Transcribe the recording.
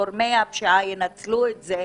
גורמי הפשיעה ינצלו את זה,